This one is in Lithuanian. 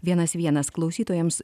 vienas vienas klausytojams